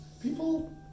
people